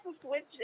switch